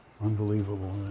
unbelievable